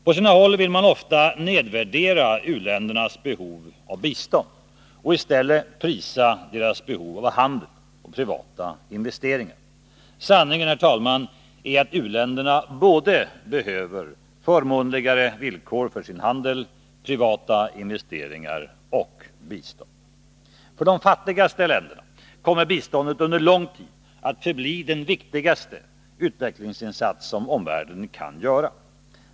På sina håll vill man ofta nedvärdera u-ländernas behov av bistånd och i stället prisa deras behov av handel och privata investeringar. Sanningen, herr talman, är att u-länderna både behöver förmånligare villkor för sin handel, privata investeringar och bistånd. För de fattigaste länderna kommer biståndet under lång tid att förbli den viktigaste utvecklingsinsats omvärlden kan göra.